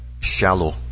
shallow